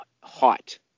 height